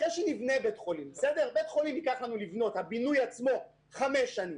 אחרי שנבנה בית חולים הבינוי עצמו ייקח חמש שנים,